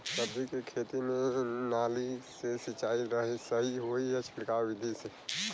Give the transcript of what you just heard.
सब्जी के खेती में नाली से सिचाई सही होई या छिड़काव बिधि से?